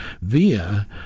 via